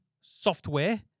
software